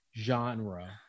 genre